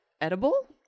edible